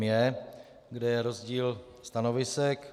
J, kde je rozdíl stanovisek.